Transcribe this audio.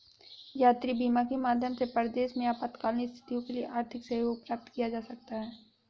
यात्री बीमा के माध्यम से परदेस में आपातकालीन स्थितियों के लिए आर्थिक सहयोग प्राप्त किया जा सकता है